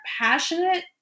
passionate